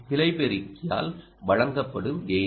பிழை பெருக்கியால் வழங்கப்படும் கெய்ன்